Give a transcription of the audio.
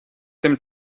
dem